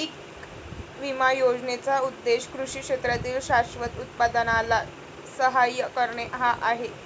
पीक विमा योजनेचा उद्देश कृषी क्षेत्रातील शाश्वत उत्पादनाला सहाय्य करणे हा आहे